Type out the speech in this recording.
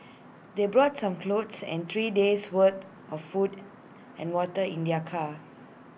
they brought some clothes and three days' worth of food and water in their car